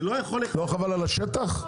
לא חבל על השטח?